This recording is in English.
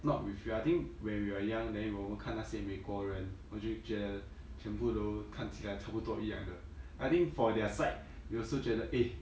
not we feel I think when we were young then 我们看那些美国人我就觉得全部都看起来差不多一样的 I think for their side you also 觉得 eh